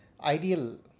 ideal